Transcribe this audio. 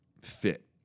fit